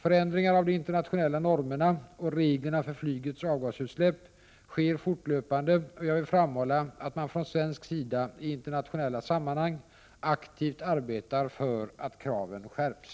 Förändringar av de internationella normerna och reglerna för flygets avgasutsläpp sker fortlöpande, och jag vill framhålla att man från svensk sida i internationella sammanhang aktivt arbetar för att kraven skärps.